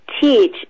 teach